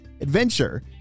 adventure